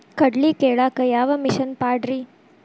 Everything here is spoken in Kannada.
ಕಡ್ಲಿ ಕೇಳಾಕ ಯಾವ ಮಿಷನ್ ಪಾಡ್ರಿ?